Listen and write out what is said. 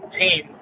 team